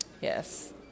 yes